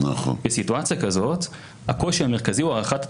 בסיטואציה כזאת הקושי המרכזי הוא הארכת התקופה.